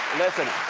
listen,